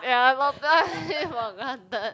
ya take for granted